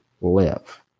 live